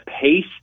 pace